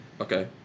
okay